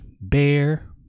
bear